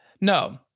No